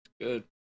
Good